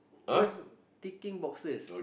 what's ticking boxes